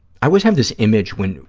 i always have this image when,